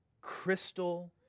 crystal